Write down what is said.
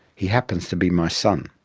he happens to be my son.